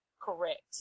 correct